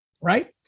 Right